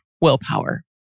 willpower